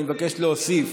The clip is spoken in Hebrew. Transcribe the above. אני מבקש להוסיף